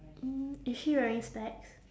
mm is she wearing specs